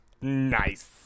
nice